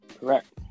Correct